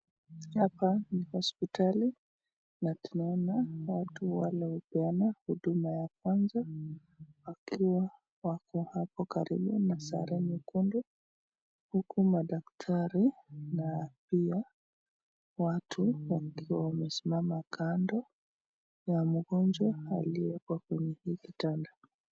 Hapa ni hospitali na tunaona watu wale hupeana huduma ya kwanza wakiwa wako hapo karibu na sare nyekundu, huku madaktari na pia watu wakiwa wamesimama kando ya mgonjwa aliyeekwa kwenye hii kitanda.